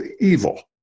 evil